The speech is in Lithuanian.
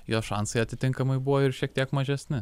jos šansai atitinkamai buvo ir šiek tiek mažesni